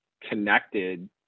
connected